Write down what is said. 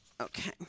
Okay